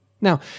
Now